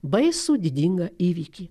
baisų didingą įvykį